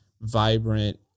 vibrant